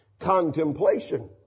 contemplation